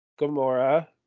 gamora